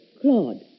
Claude